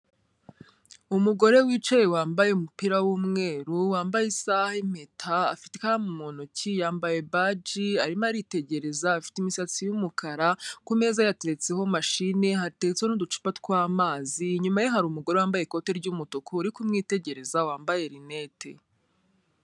Umugore wicaye wambaye umupira w'umweru, wambaye isaha, impeta, afite ikaramu mu ntoki, yambaye baji, arimo aritegereza, afite imisatsi y'umukara, kumeza hateretseho mashine, hateretseho n'uducupa tw'amazi, inyuma ye hari umugore wambaye ikoti ry'umutuku, uri kumwitegereza, wambaye rinete.